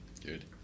good